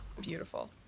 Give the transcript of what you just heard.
Beautiful